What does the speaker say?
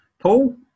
Paul